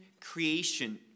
creation